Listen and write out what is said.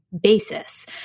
basis